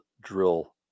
drill